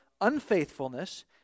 unfaithfulness